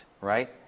right